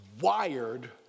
wired